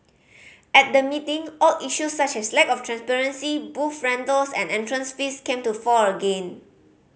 at the meeting old issues such as lack of transparency booth rentals and entrance fees came to fore again